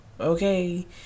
Okay